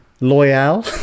loyal